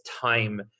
time